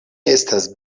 estas